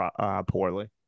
poorly